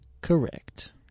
correct